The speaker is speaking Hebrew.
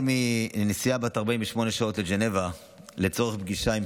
מנסיעה בת 48 שעות לז'נבה לצורך פגישה עם